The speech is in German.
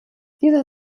dieser